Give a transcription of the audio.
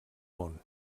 món